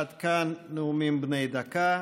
עד כאן נאומים בני דקה.